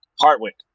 Hardwick